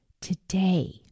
today